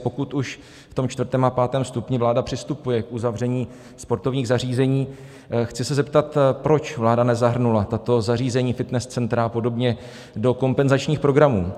Pokud už v tom čtvrtém a pátém stupni vláda přistupuje k uzavření sportovních zařízení, chci se zeptat, proč vláda nezahrnula tato zařízení, fitness centra a podobně, do kompenzačních programů?